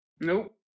Nope